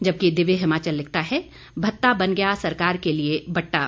जबकि दिव्य हिमाचल लिखता है भत्ता बन गया सरकार के लिए बट्टा